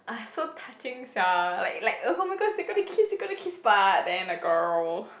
so touching sia like like oh my god they gonna kiss they gonna kiss but then the girl